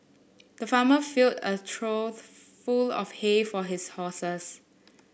the farmer filled a trough full of hay for his horses